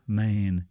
man